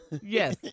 Yes